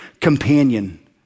companion